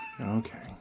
Okay